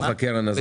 בתוך הקרן הזאת?